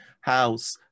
house